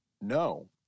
No